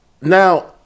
now